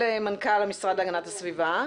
למנכ"ל המשרד להגנת הסביבה.